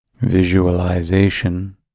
Visualization